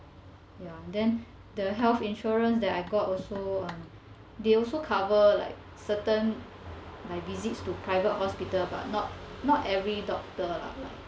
ya then the health insurance that I got also um they also cover like certain my visits to private hospital but not not every doctor lah